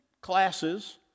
classes